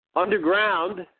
underground